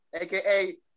aka